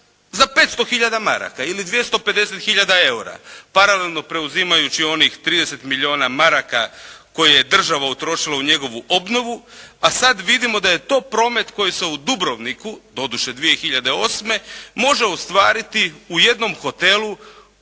za 500 hiljada maraka ili 250 hiljada EUR-a. Paralelno preuzimajući onih 30 milijuna maraka koji je država utrošila u njegovu obnovu, a sad vidimo da je to promet koji se u Dubrovniku doduše 2008. može ostvariti u jednom hotelu